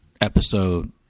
episode